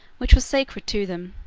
which was sacred to them.